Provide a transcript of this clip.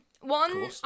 One